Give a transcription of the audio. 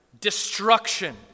destruction